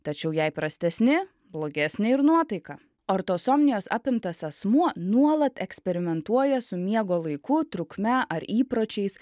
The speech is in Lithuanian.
tačiau jei prastesni blogesnė ir nuotaika ortosomnijos apimtas asmuo nuolat eksperimentuoja su miego laiku trukme ar įpročiais